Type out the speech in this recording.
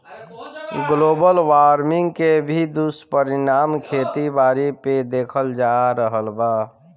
global warming के भी दुष्परिणाम खेती बारी पे देखल जा रहल बा